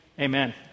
amen